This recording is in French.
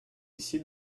ici